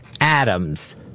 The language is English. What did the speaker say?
Adams